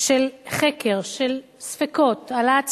של חקר, של ספקות, של העלאת ספקות,